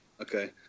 Okay